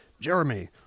Jeremy